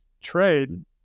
trade